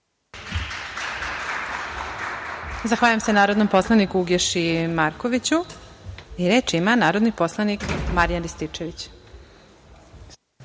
Zahvaljujem se narodnom poslaniku Uglješi Markoviću. Reč ima narodni poslanik Marijan Rističević.